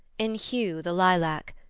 in hue the lilac,